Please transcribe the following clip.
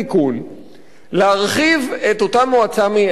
להרחיב את אותה מועצה מייעצת ולהוסיף